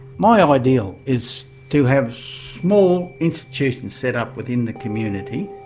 my ah ideal is to have small institutions set up within the community.